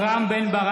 (קורא בשמות חברי הכנסת) רם בן ברק,